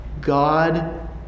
God